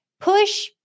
push